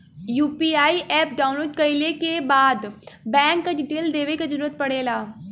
UPI app download कइले क बाद बैंक क डिटेल देवे क जरुरत पड़ेला